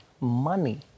money